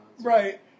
Right